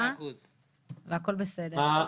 והכל בסדר.